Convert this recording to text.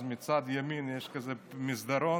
מצד ימין יש מסדרון,